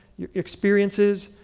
your experiences,